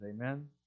Amen